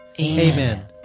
Amen